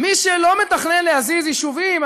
מי שלא מתכנן להזיז יישובים,